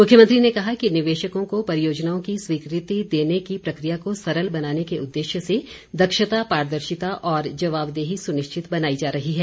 मुख्यमंत्री ने कहा कि निवेशकों को परियोजनाओं की स्वीकृति देने की प्रकिया को सरल बनाने के उद्देश्य से दक्षता पारदर्शिता और जवाबदेही सुनिश्चित बनाई जा रही है